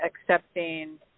accepting